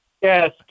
Yes